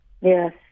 Yes